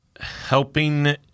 helping